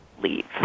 leave